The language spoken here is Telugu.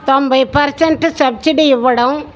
తొంభై పర్సెంటు సబ్సిడీ ఇవ్వడం